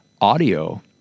Audio